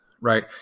right